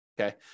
Okay